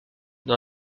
dans